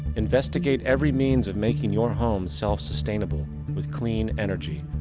investigate every means of making your home self-sustainable with clean energy.